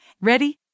Ready